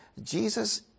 Jesus